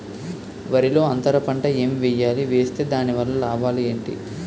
వరిలో అంతర పంట ఎం వేయాలి? వేస్తే దాని వల్ల లాభాలు ఏంటి?